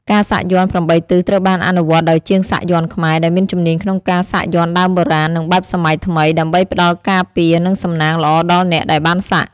ការសាក់យ័ន្ត ៨ ទិស ត្រូវបានអនុវត្តដោយជាងសាក់យន្តខ្មែរ ដែលមានជំនាញក្នុងការសាក់យ័ន្តដើមបុរាណ និងបែបសម័យថ្មី ដើម្បីផ្ដល់ការពារ និងសំណាងល្អដល់អ្នកដែលបានសាក់។